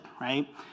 right